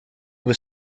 was